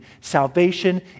Salvation